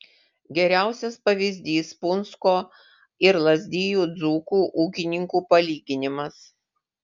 geriausias pavyzdys punsko ir lazdijų dzūkų ūkininkų palyginimas